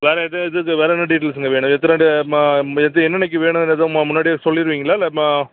வேறு எது எது எது வேறு என்ன டீட்டைல்ஸுங்க வேணும் எத்தனை எது என்றைன்னைக்கி வேணும் எதுவும் மோ முன்னாடியே சொ சொல்லிடுவீங்களா இல்லை ம